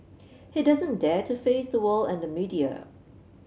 he doesn't dare to face the world and the media